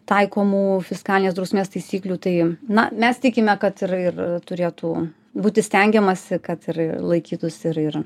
taikomų fiskalinės drausmės taisyklių tai na mes tikime kad ir ir turėtų būti stengiamasi kad ir laikytųsi ir ir